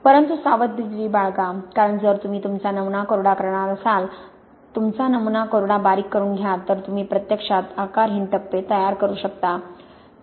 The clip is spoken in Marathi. परंतु सावधगिरी बाळगा कारण जर तुम्ही तुमचा नमुना कोरडा करणार असाल तुमचा नमुना कोरडा बारीक करून घ्या तर तुम्ही प्रत्यक्षात आकारहीन टप्पे तयार करू शकता